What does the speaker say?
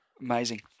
amazing